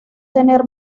tener